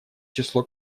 число